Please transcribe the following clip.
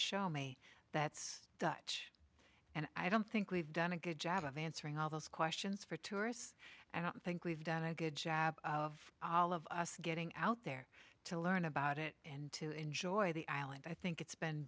show me that's dutch and i don't think we've done a good job of answering all those questions for tourists i don't think we've done a good job of all of us getting out there to learn about it and to enjoy the island i think it's been